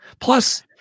Plus